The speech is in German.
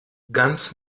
ganz